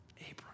Abram